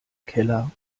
keller